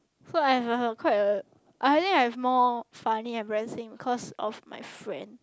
so I have a quite a I think I have more funny embarrassing because of my friend